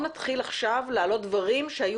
אל תלכו דברים אחורה או לדברים שיהיו